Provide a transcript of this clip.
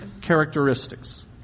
characteristics